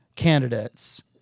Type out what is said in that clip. candidates